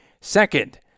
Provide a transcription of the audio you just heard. Second